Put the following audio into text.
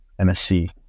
MSc